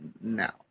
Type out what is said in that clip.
now